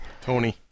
Tony